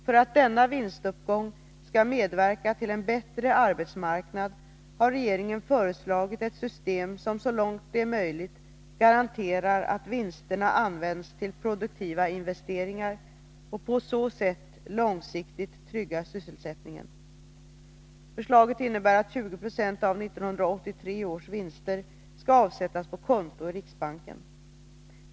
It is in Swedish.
För att denna vinstuppgång skall medverka till en bättre arbetsmarknad har regeringen föreslagit ett system som, så långt det är möjligt, garanterar att vinsterna används till produktiva investeringar och på så sätt långsiktigt tryggar sysselsättningen. Förslaget innebär att 20 96 av 1983 års vinster skall avsättas på konto i riksbanken.